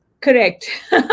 Correct